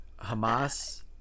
hamas